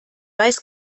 weiß